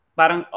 parang